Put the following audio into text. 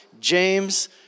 James